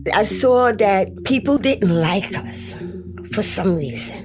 but i saw that people didn't like us for some reason.